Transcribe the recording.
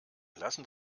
lassen